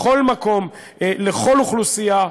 בכל מקום, לכל אוכלוסייה,